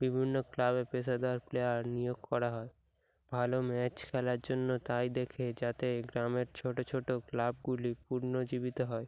বিভিন্ন ক্লাবে পেশাদার প্লেয়ার নিয়োগ করা হয় ভালো ম্যাচ খেলার জন্য তাই দেখে যাতে গ্রামের ছোটো ছোটো ক্লাবগুলি পুনর্জীবিত হয়